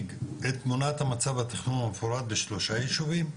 ונציג את תמונת המצב והתכנון המפורט בשלושה יישובים,